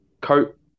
coat